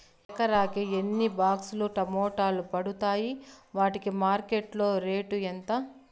ఎకరాకి ఎన్ని బాక్స్ లు టమోటాలు పండుతాయి వాటికి మార్కెట్లో రేటు ఎంత?